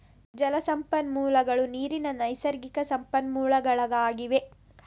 ಜಲ ಸಂಪನ್ಮೂಲಗಳು ನೀರಿನ ನೈಸರ್ಗಿಕ ಸಂಪನ್ಮೂಲಗಳಾಗಿವೆ